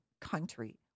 country